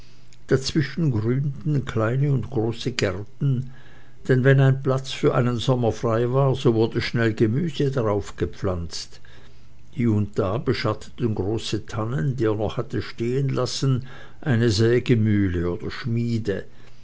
dazwischen grünten kleine und große gärten denn wenn ein platz für einen sommer frei war so wurde schnell gemüse darauf gepflanzt hie und da beschatteten große tannen die er noch hatte stehenlassen eine sägemühle oder schmiede